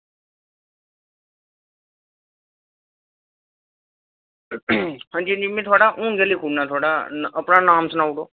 अंजी अंजी में हून गै लिखी ओड़ना अपना नांऽ सनाई ओड़ेओ